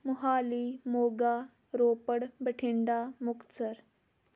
Mohali Moga Ropar Bathinda Muktsar